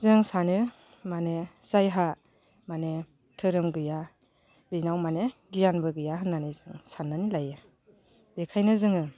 जों सानो माने जायहा माने धोरोम गैया बेनाव माने गियानबो गैया होननानै जों साननानै लायो बेखायनो जोङो